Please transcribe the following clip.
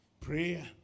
Prayer